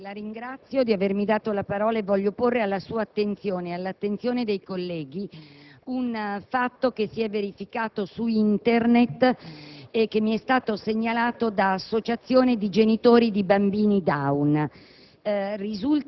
Signor Presidente, la ringrazio per avermi dato la parola e voglio porre alla sua attenzione ed a quella dei colleghi un fatto che si è verificato su Internet e che mi è stato segnalato da associazioni di genitori di bambini Down*.*